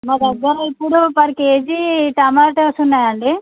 మా దగ్గర ఇప్పుడు పర్ కేజీ టొమాటోస్ ఉన్నాయండి